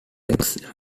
rex